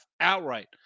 outright